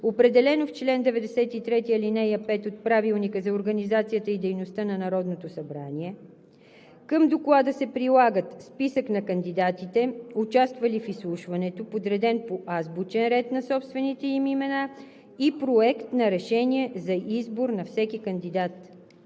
определено в чл. 93, ал. 5 от Правилника за организацията и дейността на Народното събрание. Към Доклада се прилагат списък на кандидатите, участвали в изслушването, подреден по азбучен ред на собствените им имена и проект на решение за избор на всеки кандидат.